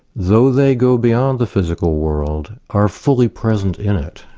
though they go beyond the physical world, are fully present in it.